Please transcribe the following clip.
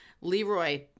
Leroy